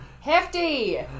Hefty